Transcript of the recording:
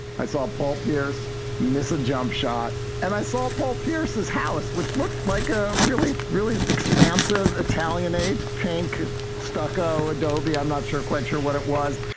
i saw paul pierce missing jump shot. and i saw paul pierce's house, which looked like a really, really expansive italianate pink stucco, adobe. i'm not sure quencher what it was.